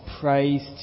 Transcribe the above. praise